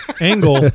angle